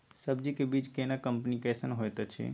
सब्जी के बीज केना कंपनी कैसन होयत अछि?